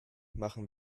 machen